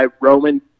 Roman